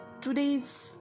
Today's